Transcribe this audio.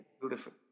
Beautiful